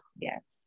yes